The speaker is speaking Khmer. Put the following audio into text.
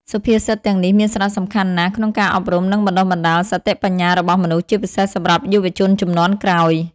សុភាសិតទាំងនេះមានសារៈសំខាន់ណាស់ក្នុងការអប់រំ និងបណ្តុះបណ្តាលសតិបញ្ញារបស់មនុស្ស ជាពិសេសសម្រាប់យុវជនជំនាន់ក្រោយ។